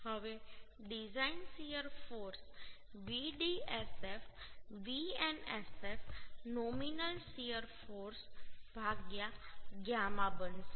હવે design shear force Vdsf Vnsf nominal shear force γ બનશે